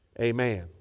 Amen